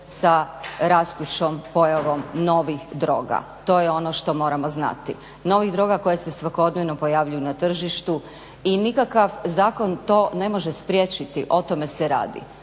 sa rastućom pojavom novih droga. To je ono što moramo znati, novih droga koje se svakodnevno pojavljuju na tržištu i nikakav zakon to ne može spriječiti, o tome se radi.